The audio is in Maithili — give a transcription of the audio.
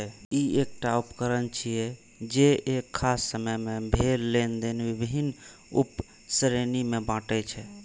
ई एकटा उकरण छियै, जे एक खास समय मे भेल लेनेदेन विभिन्न उप श्रेणी मे बांटै छै